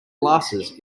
glasses